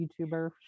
YouTuber